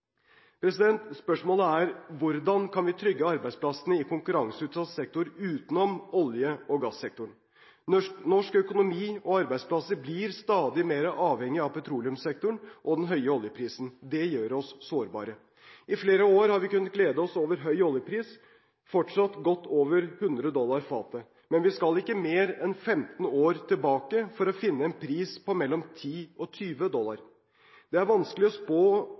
Spørsmålet er: Hvordan kan vi trygge arbeidsplassene i konkurranseutsatt sektor utenom olje- og gassektoren? Norsk økonomi og norske arbeidsplasser blir stadig mer avhengig av petroleumssektoren og den høye oljeprisen. Det gjør oss sårbare. I flere år har vi kunnet glede oss over høy oljepris – fortsatt er den godt over 100 dollar fatet – men vi skal ikke mer enn 15 år tilbake for å finne en pris på mellom 10 og 20 dollar. Det er vanskelig å spå